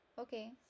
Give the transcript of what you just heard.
okay